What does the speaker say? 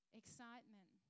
excitement